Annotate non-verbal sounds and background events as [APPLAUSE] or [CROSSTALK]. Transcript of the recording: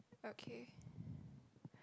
okay [BREATH]